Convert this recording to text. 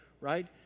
right